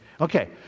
Okay